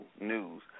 News